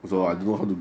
orh